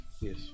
yes